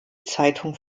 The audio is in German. zeitung